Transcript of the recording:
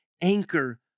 anchor